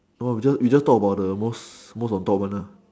no we just we just talk about the most most on top one ah